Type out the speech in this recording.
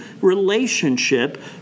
relationship